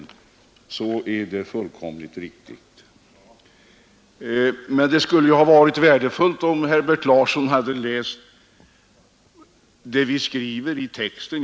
Detta är fullständigt riktigt. Det skulle dock ha varit värdefullt om Herbert Larsson hade läst vad vi skriver i motionen.